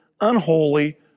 unholy